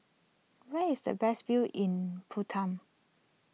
where is the best view in Bhutan